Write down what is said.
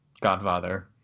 Godfather